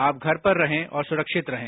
आप घर पर रहे और सुरक्षित रहें